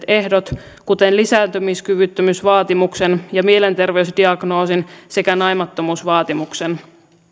ehdot kuten lisääntymiskyvyttömyysvaatimuksen ja mielenterveysdiagnoosin sekä naimattomuusvaatimuksen